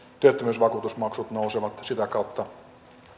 työttömyysvakuutusmaksut nousevat sitä kautta